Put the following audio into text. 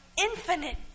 infinite